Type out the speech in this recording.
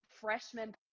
freshman